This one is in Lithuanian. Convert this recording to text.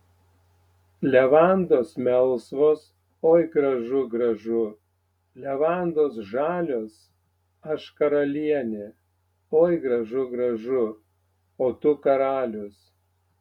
levandos melsvos oi gražu gražu levandos žalios aš karalienė oi gražu gražu o tu karalius